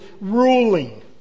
ruling